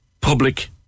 ...public